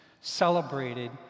celebrated